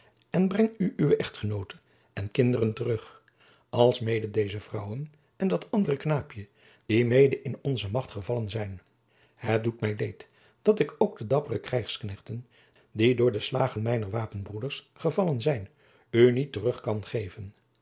en breng u uwe echtgenoote en kinderen terug alsmede deze vrouwen en dat andere knaapje die mede in onze macht gevallen zijn het doet mij leed dat ik ook de dappere krijgsknechten die door de slagen mijner wapenbroeders gevallen zijn u niet terug kan geven